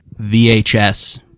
vhs